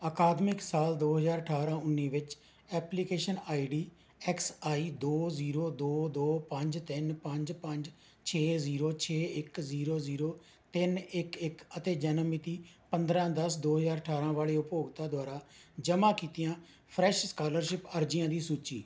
ਅਕਾਦਮਿਕ ਸਾਲ ਦੋ ਹਜ਼ਾਰ ਅਠਾਰਾਂ ਉੱਨੀ ਵਿੱਚ application I D X I ਦੋ ਜ਼ੀਰੋ ਦੋ ਦੋ ਪੰਜ ਤਿੰਨ ਪੰਜ ਪੰਜ ਛੇ ਜ਼ੀਰੋ ਛੇ ਇੱਕ ਜ਼ੀਰੋ ਜ਼ੀਰੋ ਤਿੰਨ ਇੱਕ ਇੱਕ ਅਤੇ ਜਨਮ ਮਿਤੀ ਪੰਦਰਾਂ ਦਸ ਦੋ ਹਜ਼ਾਰ ਅਠਾਰਾਂ ਵਾਲੇ ਉਪਭੋਗਤਾ ਦੁਆਰਾ ਜਮ੍ਹਾਂ ਕੀਤੀਆਂ ਫਰੈਸ਼ ਸਕਾਲਰਸ਼ਿਪ ਅਰਜ਼ੀਆਂ ਦੀ ਸੂਚੀ